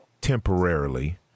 temporarily